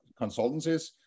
consultancies